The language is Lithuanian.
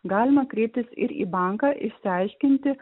galima kreiptis ir į banką išsiaiškinti